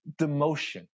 demotion